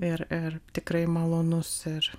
ir ir tikrai malonus ar